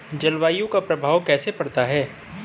जलवायु का प्रभाव कैसे पड़ता है?